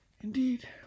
Indeed